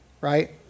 right